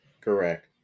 Correct